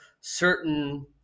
certain